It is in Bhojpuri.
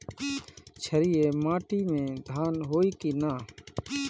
क्षारिय माटी में धान होई की न?